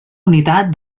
unitat